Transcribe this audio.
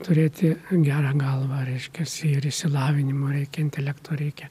turėti gerą galvą reiškiasi ir išsilavinimo reikia intelekto reikia